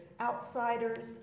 outsiders